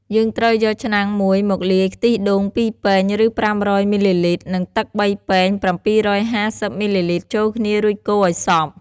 យើងត្រូវយកឆ្នាំងមួយមកលាយ ខ្ទិះដូង ២ ពែង ឬ ៥០០ មីលីលីត្រ និងទឹក ៣ ពែង ៧៥០ មីលីលីត្រ ចូលគ្នា រួចកូរឲ្យសព្វ។